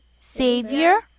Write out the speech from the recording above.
Savior